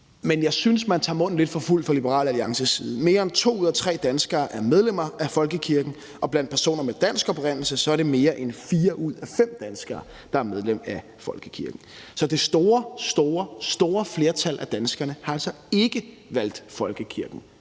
Men jeg synes, man tager munden lidt for fuld fra Liberal Alliances side. Mere end to ud af tre danskere er medlem af folkekirken, og blandt personer med dansk oprindelse er det mere end fire ud af fem danskere, der er medlem af folkekirken. Så det store, store flertal af danskerne har altså ikke valgt folkekirken